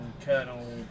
Colonel